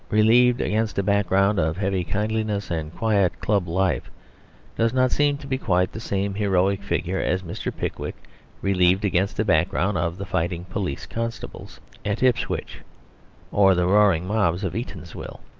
relieved against a background of heavy kindliness and quiet club life does not seem to be quite the same heroic figure as mr. pickwick relieved against a background of the fighting police constables at ipswich or the roaring mobs of eatanswill.